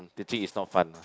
teaching is not fun